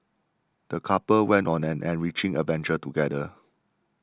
the couple went on an enriching adventure together